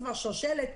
כבר שושלת,